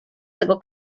tego